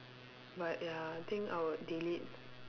but ya I think I would delete